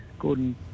Gordon